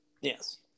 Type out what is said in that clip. Yes